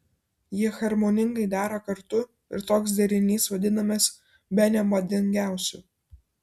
jie harmoningai dera kartu ir toks derinys vadinamas bene madingiausiu